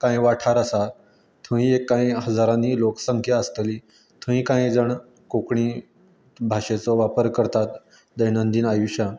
कांय वाठार आसा थंय एक कांय हजारांनी लोकसंख्या आसतली थंय कांय जाण कोंकणी भाशेचो वापर करतात दैनंदीन आयुश्यांत